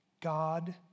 God